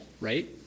right